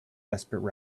desperate